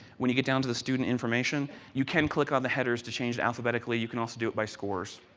when you get down to the student information, you can click on the headers to change alphabetically, you can also do it by scores.